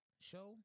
show